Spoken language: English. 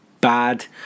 bad